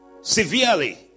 severely